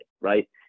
right